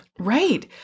Right